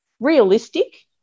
realistic